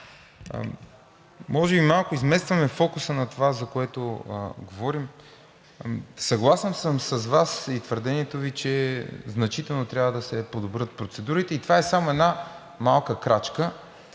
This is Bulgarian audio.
Може би малко изместваме фокуса на това, за което говорим. Съгласен съм с Вас и с твърдението Ви, че значително трябва да се подобрят процедурите. Това е само една малка крачка.